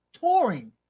touring